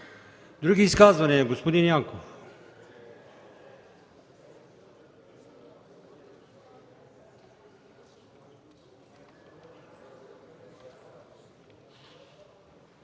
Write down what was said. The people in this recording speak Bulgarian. Други изказвания? Господин Янков.